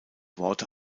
worte